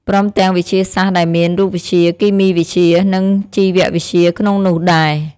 ព្រមទាំងវិទ្យាសាស្ត្រដែលមាន រូបវិទ្យា គីមីវិទ្យា និងជីវៈវិទ្យាក្នុងនោះដែរ។